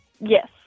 Yes